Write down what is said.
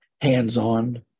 hands-on